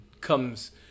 comes